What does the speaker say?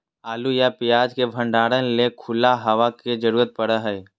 आलू या प्याज के भंडारण ले खुला हवा के जरूरत पड़य हय